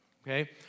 Okay